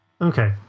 Okay